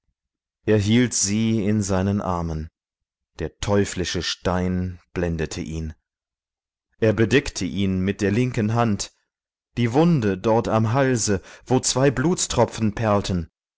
hielt sie in seinen armen der teuflische stein blendete ihn er bedeckte ihn mit der linken hand die wunde dort am halse wo zwei blutstropfen perlten